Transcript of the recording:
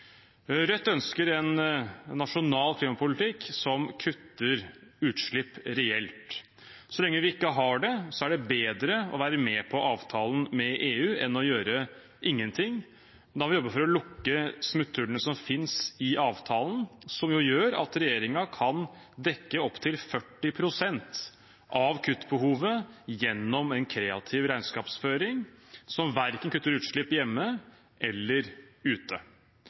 Rødt ønsker en nasjonal klimapolitikk som kutter utslipp reelt. Så lenge vi ikke har det slik, er det bedre å være med på avtalen med EU enn å gjøre ingenting. Men da må vi jobbe for å lukke smutthullene som finnes i avtalen, som gjør at regjeringen kan dekke opptil 40 pst. av kuttbehovet gjennom en kreativ regnskapsføring som verken kutter utslipp hjemme eller ute.